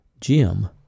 Jim